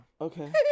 okay